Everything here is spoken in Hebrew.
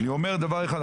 אני אומר עוד דבר אחד.